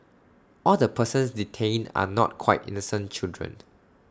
all the persons detained are not quite innocent children